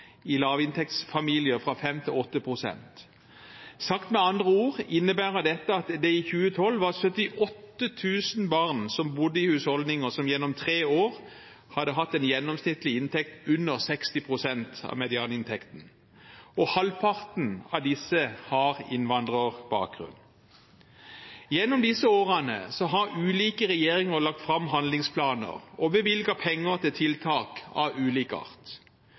i lavinntektsfamilier fra 5 til 8 pst. Sagt med andre ord innebærer dette at det i 2012 var 78 000 barn som bodde i husholdninger som gjennom tre år hadde hatt en gjennomsnittlig inntekt under 60 pst. av medianinntekten, og halvparten av disse har innvandrerbakgrunn. Gjennom disse årene har ulike regjeringer lagt fram handlingsplaner og bevilget penger til tiltak av ulik art.